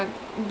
mm